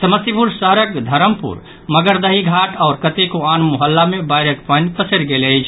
समस्तीपुर शहरक धरमपुर मगरदही घाट आओर कतेको आन मोहल्ला मे बाढ़िक पानि पसरि गेल अछि